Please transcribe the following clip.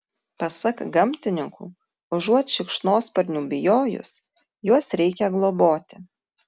pasak gamtininkų užuot šikšnosparnių bijojus juos reikia globoti